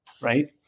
right